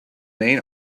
main